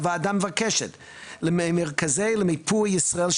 הוועדה מבקשת ממרכז למיפוי ישראל,